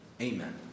Amen